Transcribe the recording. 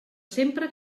sempre